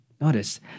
Notice